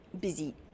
busy